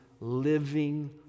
living